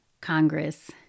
Congress